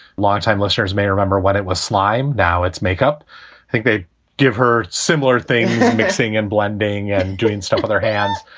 longtime listeners may remember what it was, slime. now it's makeup. i think they give her similar thing, mixing and blending and doing stuff with their hands.